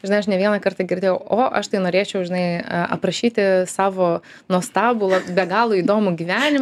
žinai aš ne vieną kartą girdėjau o aš tai norėčiau žinai a aprašyti savo nuostabų l be galo įdomų gyvenimą